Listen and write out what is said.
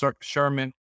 Sherman